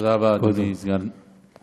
תודה רבה, אדוני סגן השר.